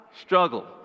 struggle